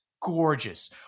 gorgeous